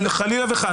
חלילה וחס.